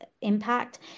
impact